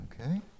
Okay